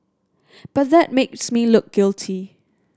but that makes me look guilty